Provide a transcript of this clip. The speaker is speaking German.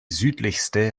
südlichste